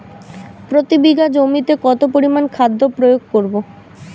প্রতি বিঘা জমিতে কত পরিমান খাদ্য প্রয়োগ করব?